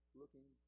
looking